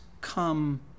come